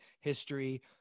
history